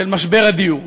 של משבר הדיור.